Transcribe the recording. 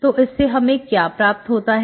तो इससे हमें क्या प्राप्त होता है